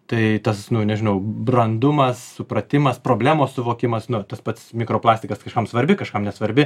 tai tas nu nežinau brandumas supratimas problemos suvokimas nu tas pats mikroplastikas kažkam svarbi kažkam nesvarbi